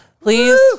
Please